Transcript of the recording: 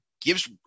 gives